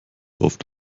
oft